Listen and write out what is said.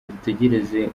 dutekereze